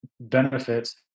benefits